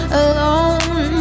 alone